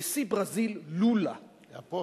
נשיא ברזיל, לולה, היה פה.